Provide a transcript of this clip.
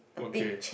okay